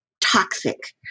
toxic